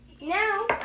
Now